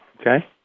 Okay